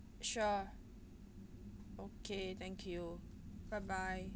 sure okay thank you bye bye